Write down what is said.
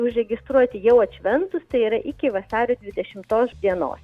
užregistruoti jau atšventus tai yra iki vasario dvidešimtos dienos